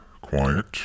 quiet